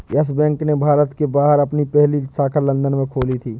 yes Bank ने भारत के बाहर अपनी पहली शाखा लंदन में खोली थी